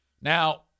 Now